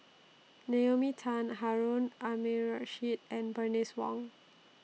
Naomi Tan Harun Aminurrashid and Bernice Wong